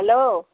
hello